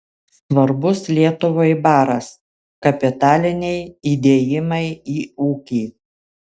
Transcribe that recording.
svarbus lietuvai baras kapitaliniai įdėjimai į ūkį